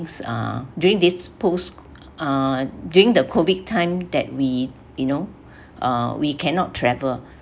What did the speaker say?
uh during this post uh during the COVID time that we you know uh we cannot travel